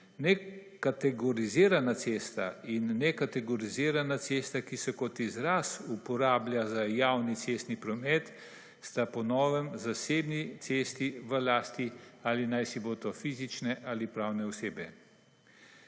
Nekategorizirana cesta in nekategorizirana cesta, ki se kot izraz uporablja za javni cestni promet, sta po novem zasebni cesti v lasti ali naj si bo to fizične ali pravne osebe.